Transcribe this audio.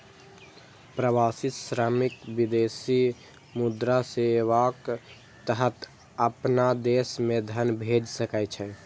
प्रवासी श्रमिक विदेशी मुद्रा सेवाक तहत अपना देश मे धन भेज सकै छै